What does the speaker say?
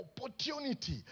opportunity